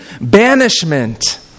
banishment